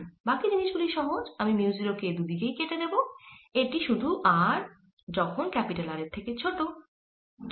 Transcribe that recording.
বাকি জিনিষ গুলি সহজ আমি মিউ 0 k দুই দিকেই কেটে দেব এটি শুধু r যখন R এর থেকে ছোট তখন